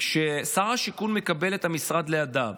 כששר השיכון מקבל את המשרד לידיו